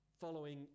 following